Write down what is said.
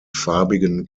farbigen